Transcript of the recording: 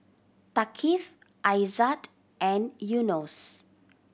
Thaqif Aizat and Yunos